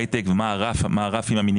הייטק ומה הרף המינימלי,